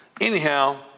Anyhow